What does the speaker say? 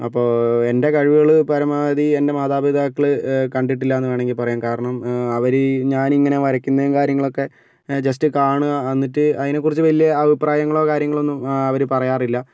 അപ്പോൾ എന്റെ കഴിവുകള് പരമാവധി എന്റെ മാതാപിതാക്കള് കണ്ടിട്ടില്ല എന്ന് വേണമെങ്കിൽ പറയാം കാരണം അവരീ ഞാനിങ്ങനെ വരയ്ക്കുന്നതും കാര്യങ്ങളൊക്കെ ജസ്റ്റ് കാണുക എന്നിട്ട് അതിനെക്കുറിച്ച് വലിയ അഭിപ്രായങ്ങളോ കാര്യങ്ങളൊന്നും അവര് പറയാറില്ല